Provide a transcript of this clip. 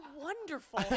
wonderful